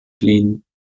clean